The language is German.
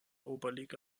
oberliga